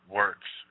works